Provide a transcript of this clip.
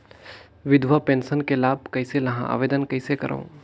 विधवा पेंशन के लाभ कइसे लहां? आवेदन कइसे करव?